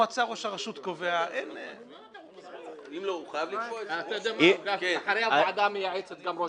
(הישיבה נפסקה בשעה 10:09 ונתחדשה בשעה 10:16.)